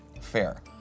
fair